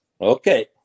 Okay